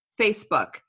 Facebook